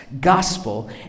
gospel